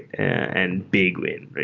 and big win.